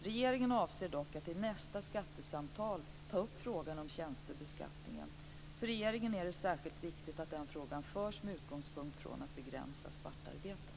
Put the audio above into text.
Regeringen avser dock att i nästa skattesamtal ta upp frågan om tjänstebeskattningen. För regeringen är det särskilt viktigt att den frågan förs med utgångspunkt från att begränsa svartarbetet.